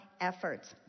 efforts